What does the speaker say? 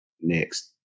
next